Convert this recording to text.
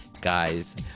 Guys